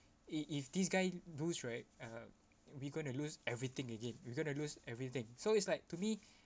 i~ if this guy lose right uh we going to lose everything again we going lose everything so it's like to me